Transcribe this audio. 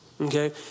Okay